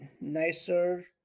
nicer